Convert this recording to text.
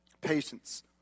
Patience